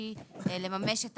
"מחוסר דיור" נכה שאין ולא הייתה